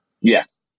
Yes